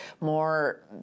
more